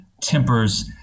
tempers